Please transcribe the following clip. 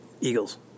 Eagles